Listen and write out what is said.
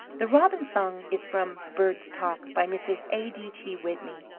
the robin's song is from bird talks, by mrs. a d t. whitney.